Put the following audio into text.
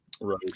Right